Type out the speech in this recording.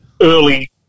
early